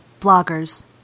bloggers